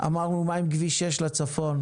אמרנו מה עם כביש 6 לצפון?